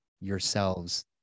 yourselves